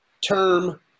term